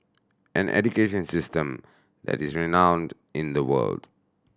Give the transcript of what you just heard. an education system that is renowned in the world